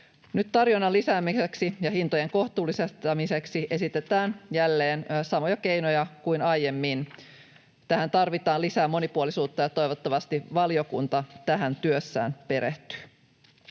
tarjonnan lisäämiseksi ja hintojen kohtuullistamiseksi esitetään jälleen samoja keinoja kuin aiemmin. Tähän tarvitaan lisää monipuolisuutta, ja toivottavasti valiokunta tähän työssään perehtyy.